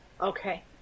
Okay